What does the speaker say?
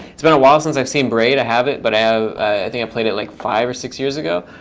it's been a while since i've seen braid. i have it, but i think i've played it like five or six years ago.